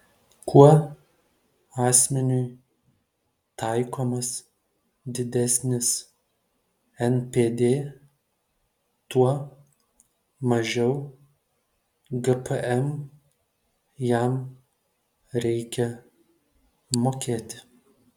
kuo asmeniui taikomas didesnis npd tuo mažiau gpm jam reikia mokėti